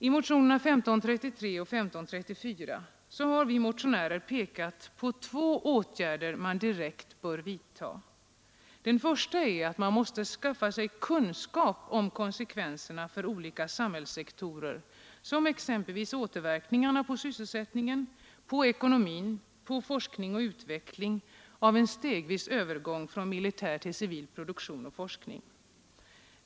I motionerna 1533 och 1534 har vi motionärer pekat på två åtgärder som man direkt bör vidta. Den första är att skaffa sig kunskap om konsekvenserna för olika samhällssektorer, exempelvis återverkningarna på sysselsättningen, på ekonomin, på forskning och utveckling, av en stegvis övergång från militär till civil produktion och forskning.